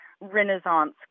Renaissance